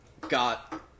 got